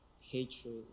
hatred